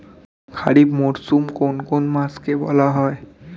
খারিফ মরশুম কোন কোন মাসকে বলা হয়?